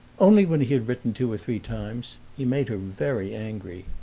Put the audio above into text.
only when he had written two or three times. he made her very angry.